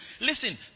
Listen